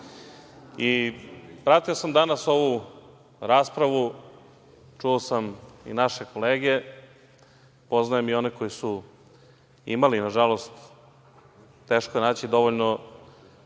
pratio sam danas ovu raspravu, čuo sam i naše kolege, poznajem i one koji su imali, nažalost, teško je naći dovoljno